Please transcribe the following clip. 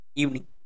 evening